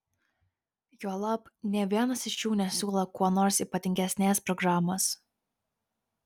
juolab nė vienas iš jų nesiūlo kuo nors ypatingesnės programos